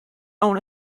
own